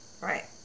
Right